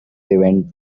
event